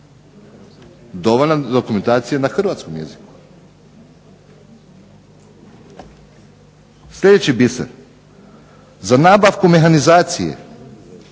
da je dokumentacija na hrvatskom jeziku. Sljedeći biser, za nabavku mehanizacije